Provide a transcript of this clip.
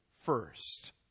first